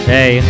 Hey